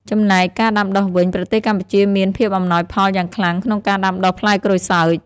ចំណែកការដាំដុះវិញ ប្រទេសកម្ពុជាមាន ភាពអំណោយផលយ៉ាងខ្លាំង ក្នុងការដាំដុះផ្លែក្រូចសើច។